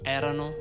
erano